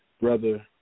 brother